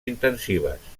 intensives